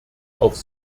auf